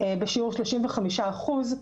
בשיעור שלושים וחמישה אחוז,